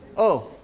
oh,